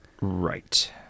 Right